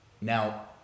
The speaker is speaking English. Now